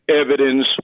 evidence